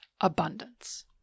abundance